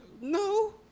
No